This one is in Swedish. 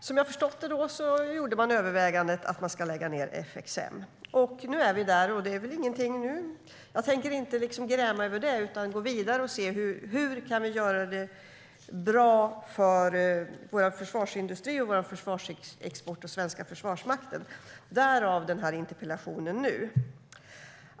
Som jag har förstått det gjorde man övervägandet att lägga ned FXM. Nu är vi där. Det är inget jag har tänkt gräma mig över, utan vi får gå vidare och se hur vi kan göra det bra för vår försvarsindustri, vår försvarsexport och den svenska Försvarsmakten. Detta är bakgrunden till den här interpellationen.